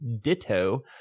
Ditto